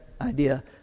idea